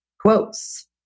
quotes